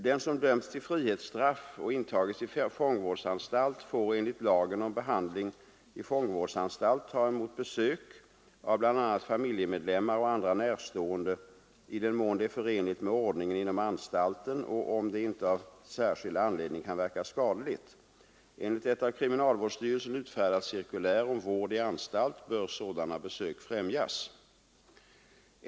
Den som dömts till frihetsstraff och intagits i fångvårdsanstalt får enligt lagen om behandling i fångvårdsanstalt ta emot besök av bl.a. 55 straff att mottaga besök av anhörig familjemedlemmar och andra närstående i den mån det är förenligt med ordningen inom anstalten och om det inte av särskild anledning kan verka skadligt. Enligt ett av kriminalvårdsstyrelsen utfärdat cirkulär om vård i anstalt bör sådana besök främjas.